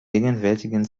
gegenwärtigen